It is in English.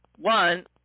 one